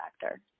factor